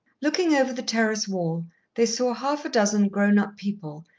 looking over the terrace wall they saw half-a-dozen grown-up people,